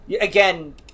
Again